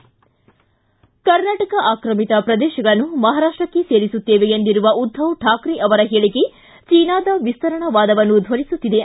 ಕರ್ನಾಟಕ ಆಕ್ರಮಿತ ಪ್ರದೇಶಗಳನ್ನು ಮಹಾರಾಷ್ಟಕ್ಕೆ ಸೇರಿಸುತ್ತೇವೆ ಎಂದಿರುವ ಉದ್ದವ್ ತಾಕ್ರೆ ಅವರ ಹೇಳಿಕೆ ಚೀನಾದ ವಿಸ್ತರಣಾವಾದವನ್ನು ದ್ವನಿಸುತ್ತಿದೆ